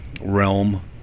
realm